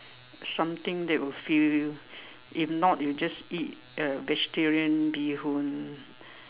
something that will fill you if not you just eat uh vegetarian bee-hoon